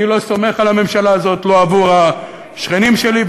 אני לא סומך על הממשלה הזאת לא עבור השכנים שלי,